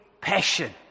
passion